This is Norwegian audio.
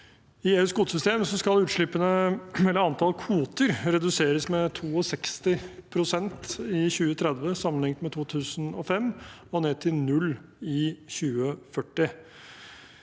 I EUs kvotesystem skal utslippene, eller antall kvoter, reduseres med 62 pst. i 2030 sammenlignet med 2005 og ned til null i 2040.